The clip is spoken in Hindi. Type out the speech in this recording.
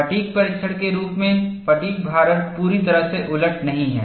फ़ैटिग् परीक्षण के रूप में फ़ैटिग्भारण पूरी तरह से उलट नहीं है